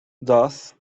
thus